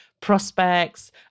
prospects